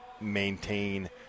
maintain –